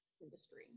industry